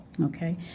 Okay